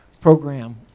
program